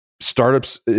startups